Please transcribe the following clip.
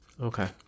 Okay